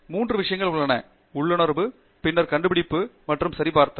மூன்று விஷயங்கள் உள்ளன உள்ளுணர்வு பின்னர் கண்டுபிடிப்பு மற்றும் சரிபார்த்தல்